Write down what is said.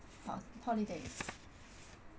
ho~ holidays